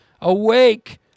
Awake